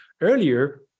earlier